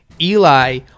Eli